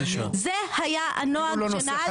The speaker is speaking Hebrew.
זה היה הנוהג שנהגנו לפיו.